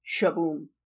shaboom